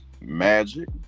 Magic